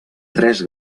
tres